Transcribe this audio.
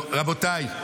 רבותיי,